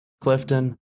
Clifton